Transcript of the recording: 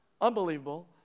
Unbelievable